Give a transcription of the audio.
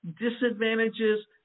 disadvantages